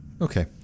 Okay